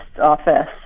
office